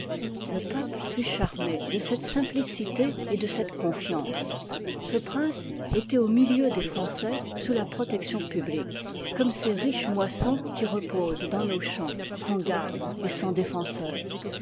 le peuple fut charmé de cette simplicité et de cette confiance ce prince étoit au milieu des français sous la protection pxiblique coïnme cçs riches itioisons qui reposent dans tios champs sans gardes et sans défenseurs